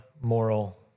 moral